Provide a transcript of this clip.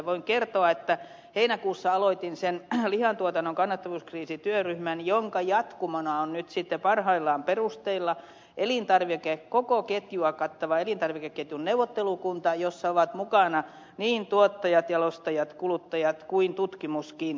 voin kertoa että heinäkuussa aloitin sen lihantuotannon kannattavuuskriisityöryhmän jonka jatkumona on parhaillaan perusteilla koko ketjua kattava elintarvikeketjun neuvottelukunta jossa ovat mukana niin tuottajat jalostajat kuluttajat kuin tutkimuskin